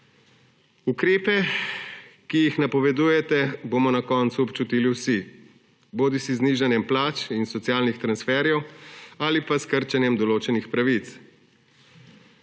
Ukrepe, ki jih napovedujete, bomo na koncu občutili vsi, bodisi z nižanjem plač in socialnih transferjev bodisi s krčenjem določenih pravic.